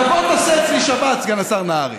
תבוא, תעשה אצלי שבת, סגן השר נהרי.